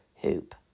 hoop